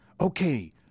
okay